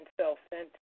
self-centered